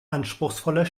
anspruchsvoller